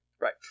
right